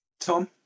Tom